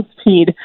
speed